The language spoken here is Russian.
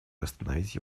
восстановить